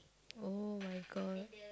!oh-my-God!